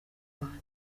rwanda